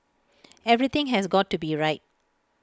everything has got to be right